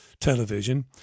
television